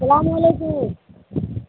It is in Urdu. السلام علیکم